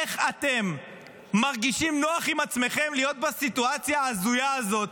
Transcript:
איך אתם מרגישים נוח עם עצמכם להיות בסיטואציה ההזויה הזאת